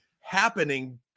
happening